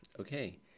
Okay